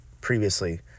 previously